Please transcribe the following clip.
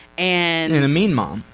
and and a mean mom.